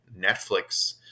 Netflix